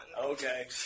Okay